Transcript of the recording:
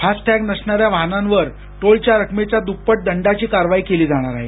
fast tag नसणाऱ्या वाहनांवर toll च्या रकमेच्या दृप्पट दंडाची कारवाई केली जाणार आहे